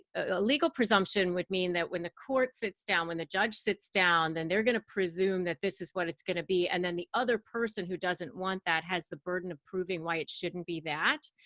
a legal presumption would mean that when the court sits down, when the judge sits down, then they're going to presume that this is what it's going to be. and then the other person who doesn't want that has the burden of proving why it shouldn't be that.